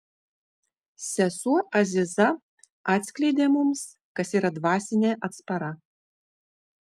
sesuo aziza atskleidė mums kas yra dvasinė atspara